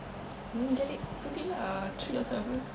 then get it today lah treat yourself [pe]